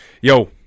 Yo